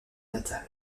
natal